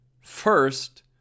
First